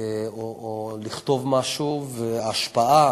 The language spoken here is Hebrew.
או לכתוב משהו, וההשפעה,